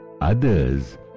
others